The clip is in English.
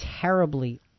terribly